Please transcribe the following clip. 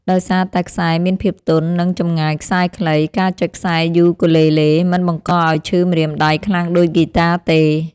ដោយសារតែខ្សែមានភាពទន់ និងចម្ងាយខ្សែខ្លី ការចុចខ្សែយូគូលេលេមិនបង្កឲ្យឈឺម្រាមដៃខ្លាំងដូចហ្គីតាទេ។